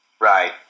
Right